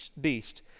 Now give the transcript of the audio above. beast